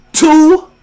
Two